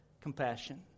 compassion